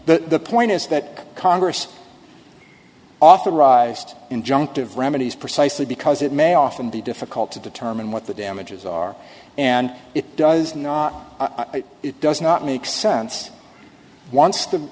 the point is that congress authorized injunctive remedies precisely because it may often be difficult to determine what the damages are and it does not it does not make sense once the